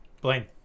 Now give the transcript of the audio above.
blaine